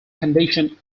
condition